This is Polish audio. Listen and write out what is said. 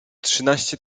trzynaście